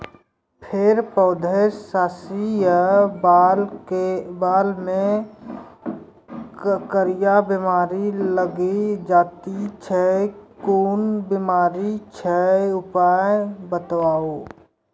फेर पौधामें शीश या बाल मे करियर बिमारी लागि जाति छै कून बिमारी छियै, उपाय बताऊ?